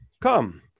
come